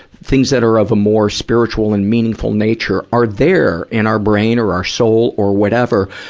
things that are of a more spiritual and meaningful nature are there in our brain or our soul or whatever.